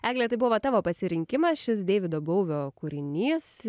egle tai buvo tavo pasirinkimas šis deivido bouvio kūrinys